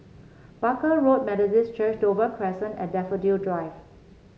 Barker Road Methodist Church Dover Crescent and Daffodil Drive